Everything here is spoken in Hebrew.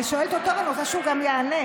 אני שואלת אותו ואני רוצה שהוא גם יענה.